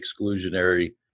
exclusionary